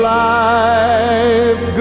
life